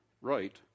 right